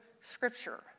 Scripture